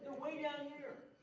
way down here.